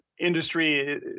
industry